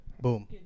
boom